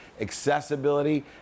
accessibility